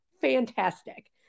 fantastic